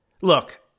Look